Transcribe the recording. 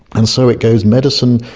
and so it goes medicine,